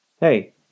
hey